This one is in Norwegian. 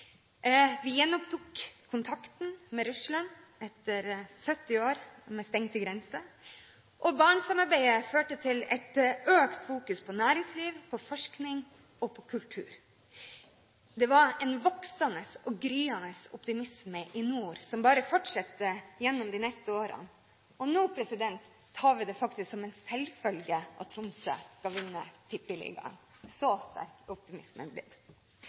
Vi gjenopptok kontakten med Russland etter 70 år med stengte grenser, og Barentssamarbeidet førte til en økt fokusering på næringsliv, forskning og kultur. Det var en voksende og gryende optimisme i nord, som bare fortsatte gjennom de neste årene, og nå tar vi det faktisk som en selvfølge at Tromsø skal vinne Tippeligaen. Så sterk er optimismen blitt!